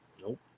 Nope